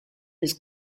his